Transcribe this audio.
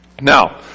Now